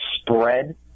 spread